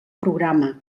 programa